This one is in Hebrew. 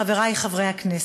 חברי חברי הכנסת,